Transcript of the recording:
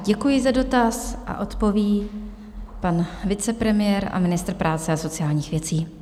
Děkuji za dotaz a odpoví pan vicepremiér a ministr práce a sociálních věcí.